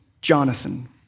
Jonathan